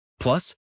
Plus